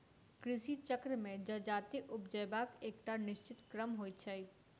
कृषि चक्र मे जजाति उपजयबाक एकटा निश्चित क्रम होइत छै